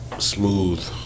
Smooth